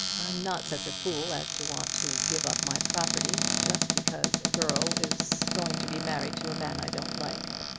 i'm not such a fool as to want to give up my property just because a girl is going to be married to a man i don't like.